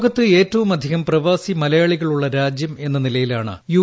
ലോകത്ത് ഏറ്റവുമധികം പ്രവാസി മലയാളികളുള്ള രാജ്യം എന്ന നിലയിലാണ് യു